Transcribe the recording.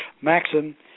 Maxim